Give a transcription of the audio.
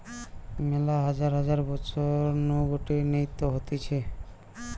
মেলা হাজার হাজার বছর নু গটে নীতি হতিছে